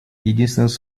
единственным